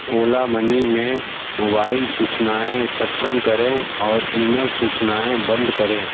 ओला money में mobile सूचनाऐं सक्षम करें और ईमेल सूचनाऐं बंद करें